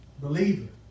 believer